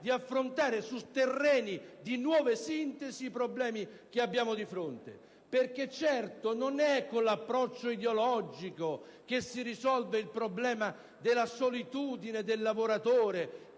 di affrontare su terreni di nuove sintesi i problemi che abbiamo di fronte. Certo non è con l'approccio ideologico che si risolve il problema della solitudine del lavoratore,